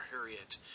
Harriet